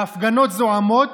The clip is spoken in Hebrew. והפגנות זועמות,